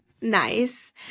Nice